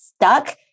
stuck